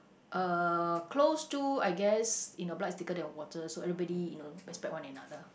uh close to I guess you know blood is thicker than water so everybody you know respect one another